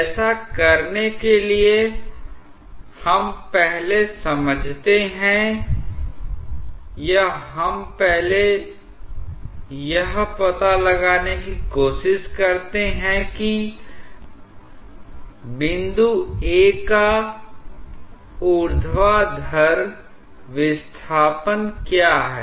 ऐसा करने के लिए हम पहले समझते हैं या हम पहले यह पता लगाने की कोशिश करते हैं कि बिंदु A का ऊर्ध्वाधर विस्थापन क्या है